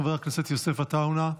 חבר הכנסת יוסף עטאונה,